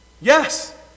Yes